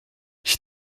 ich